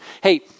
Hey